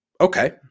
Okay